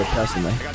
personally